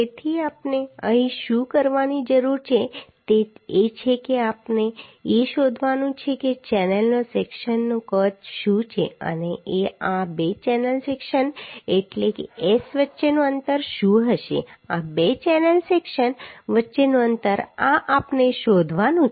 તો આપણે અહીં શું કરવાની જરૂર છે તે એ છે કે આપણે એ શોધવાનું છે કે ચેનલના સેક્શનનું કદ શું છે અને આ 2 ચેનલ સેક્શન એટલે કે S વચ્ચેનું અંતર શું હશે આ 2 ચેનલ સેક્શન વચ્ચેનું અંતર આ આપણે શોધવાનું છે